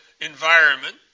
environment